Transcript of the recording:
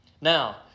Now